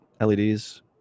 LEDs